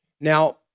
now